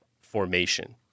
formation